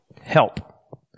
help